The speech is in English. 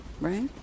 right